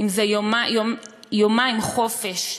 אם יומיים חופש,